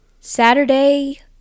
Saturday